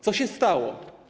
Co się stało?